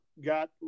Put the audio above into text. got